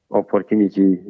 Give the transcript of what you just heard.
opportunity